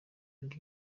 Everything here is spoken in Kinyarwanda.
ibi